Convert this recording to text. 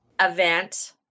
event